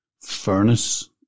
furnace